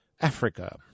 Africa